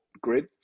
grid